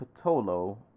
Patolo